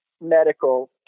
medical